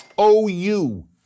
OU